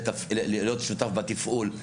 להיות שותף בתפעול,